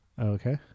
Okay